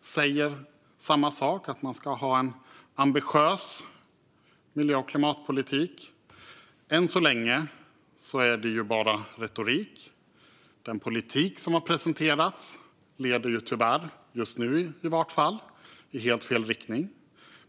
säger samma sak, nämligen att man ska ha en ambitiös miljö och klimatpolitik. Men än så länge är det bara retorik. Den politik som har presenterats leder tyvärr, i varje fall just nu, i helt fel riktning.